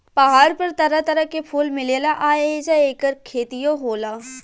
पहाड़ पर तरह तरह के फूल मिलेला आ ऐजा ऐकर खेतियो होला